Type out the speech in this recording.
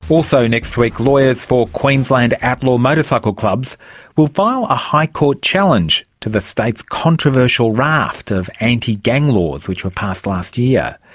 also next week lawyers for queensland outlaw motorcycle clubs will file a high court challenge to the state's controversial raft of anti-gang laws which were passed last year.